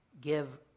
give